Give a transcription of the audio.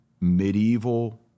medieval